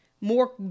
more